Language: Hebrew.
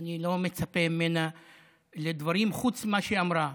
אני לא מצפה ממנה לדברים חוץ ממה שהיא אמרה.